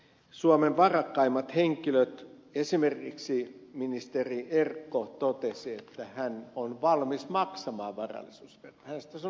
suomen varakkaimmista henkilöistä esimerkiksi ministeri erkko totesi että hän on valmis maksamaan varallisuusveroa